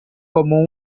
como